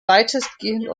weitestgehend